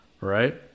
right